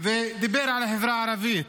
ודיבר על החברה הערבית,